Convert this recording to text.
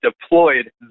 deployed